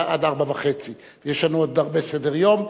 עד 16:30. יש לנו עוד הרבה על סדר-יום.